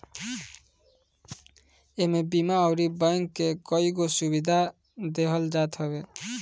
इमे बीमा अउरी बैंक के कईगो सुविधा देहल जात हवे